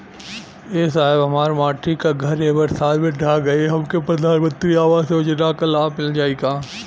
ए साहब हमार माटी क घर ए बरसात मे ढह गईल हमके प्रधानमंत्री आवास योजना क लाभ मिल जाई का?